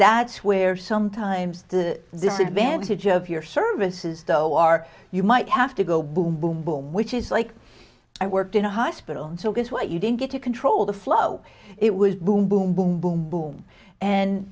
that's where sometimes the disadvantage of your services though are you might have to go boom boom boom which is like i worked in a hospital so guess what you didn't get to control the flow it was boom boom boom boom boom and